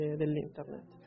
dell'Internet